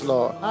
Lord